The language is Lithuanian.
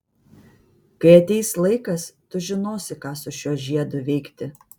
kai ateis laikas tu žinosi ką su šiuo žiedu veikti